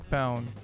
Pound